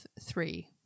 three